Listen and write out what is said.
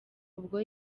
ubwo